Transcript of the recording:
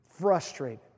Frustrated